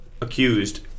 accused